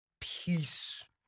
Peace